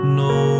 no